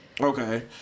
Okay